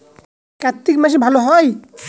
কার্তিক মাসে ভালো হয়?